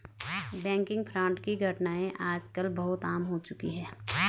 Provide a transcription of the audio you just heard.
banking fraud की घटनाएं आज कल बहुत आम हो चुकी है